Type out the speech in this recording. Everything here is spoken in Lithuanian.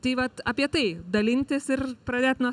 tai vat apie tai dalintis ir pradėt nuo